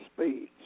speeds